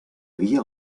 havia